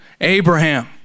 Abraham